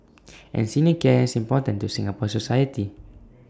and senior care is important to Singapore society